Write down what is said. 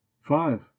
five